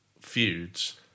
feuds